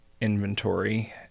inventory